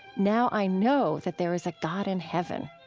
now i know that there is a god in heaven!